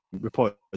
reporters